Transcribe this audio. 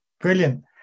Brilliant